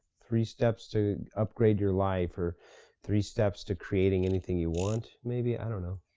three steps to upgrade your life, or three steps to creating anything you want, maybe, i don't know.